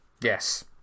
yes